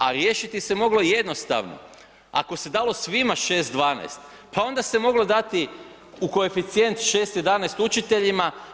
A riješiti se moglo jednostavno, ako se dalo svima 6,12, pa onda se moglo dati u koeficijent 6,11 učiteljima.